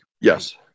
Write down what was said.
yes